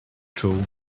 czuł